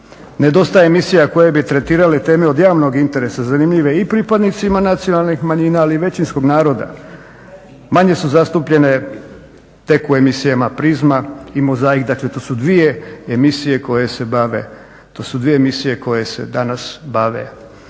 Nedostaje emisija koje bi tretirale teme od javnog interesa, zanimljive i pripadnicima nacionalnih manjina, ali i većinskog naroda. Manje su zastupljene tek u emisijama Prizma i Mozaik, dakle to su dvije emisije koje se bave